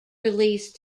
released